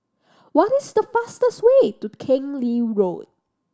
what is the best way to Keng Lee Road